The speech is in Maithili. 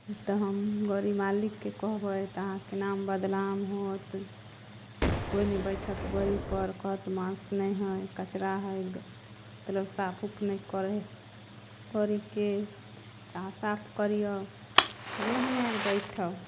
तऽ हम गड़ी मालिककेँ कहबै तऽ अहाँके नाम बदनाम होत कोइ नहि बैठत गाड़ीपर कहत मास्क नहि हइ कचरा हइ मतलब साफ उफ नहि करै ह् करयके तऽ अहाँ साफ करियौ तब ने हमे अर बैठब